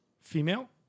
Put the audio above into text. female